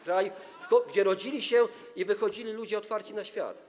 kraju, gdzie rodzili się i skąd wychodzili ludzie otwarci na świat?